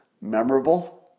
memorable